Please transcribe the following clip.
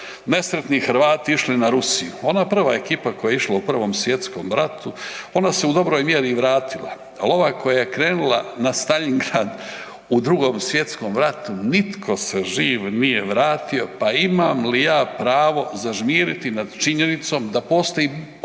nesretni Hrvati išli na Rusiju. Ona prva ekipa koja je išla u Prvom svjetskom ratu ona se u dobroj mjeri i vratila, al ova koja je krenula na Staljin Grad u Drugom svjetskom ratu nitko se živ nije vratio, pa imam li ja pravo zažmiriti nad činjenicom da postoji opasnost